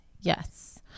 Yes